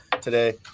today